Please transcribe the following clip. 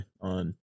on